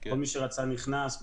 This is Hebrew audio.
כל מי שרצה נכנס,